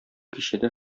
кичәдә